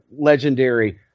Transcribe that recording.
legendary